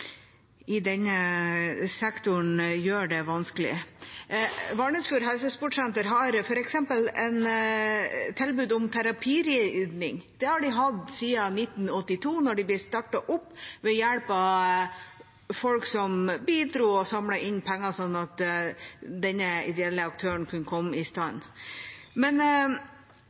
sektoren gjør det vanskelig. Valnesfjord Helsesportsenter har f.eks. tilbud om terapiridning. Det har de hatt siden 1982, da de ble startet opp ved hjelp av folk som bidro og samlet inn penger, slik at denne ideelle aktøren kunne komme i stand.